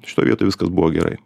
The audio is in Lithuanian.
šitoj vietoj viskas buvo gerai